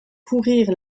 courir